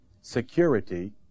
security